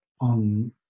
on